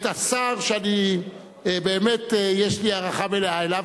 את השר, ובאמת יש לי הערכה מלאה אליו.